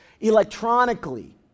electronically